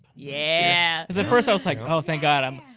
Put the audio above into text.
yeah! cause at first i was like, oh, thank god, um